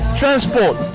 transport